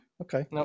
Okay